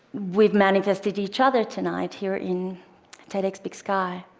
we've manifested each other tonight here in tedxbigsky.